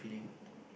that feeling